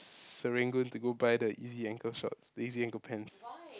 Serangoon to go buy the Yeezy ankle shorts Yeezy ankle pants